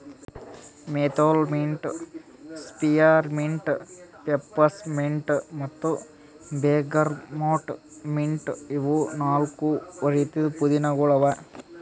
menthol mint, spearmint, peppermint ಮತ್ತ bergamot mint ಇವು ನಾಲ್ಕು ರೀತಿದ್ ಪುದೀನಾಗೊಳ್ ಅವಾ